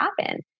happen